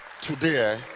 Today